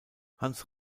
hans